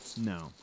No